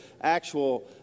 actual